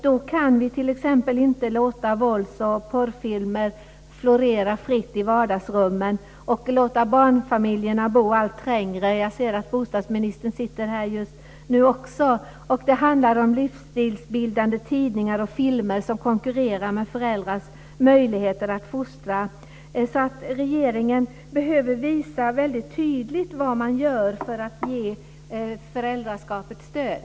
Då kan vi t.ex. inte låta vålds och porrfilmer florera fritt i vardagsrummen och låta barnfamiljerna bo allt trängre. Jag ser att bostadsministern också sitter här just nu. Det handlar om livsstilsbildande tidningar och filmer som konkurrerar med föräldrars möjlighet att fostra. Regeringen behöver visa väldigt tydligt vad man gör för att ge föräldraskapet stöd.